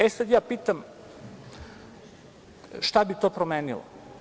E, sad, ja pitam – šta bi to promenilo?